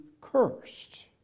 cursed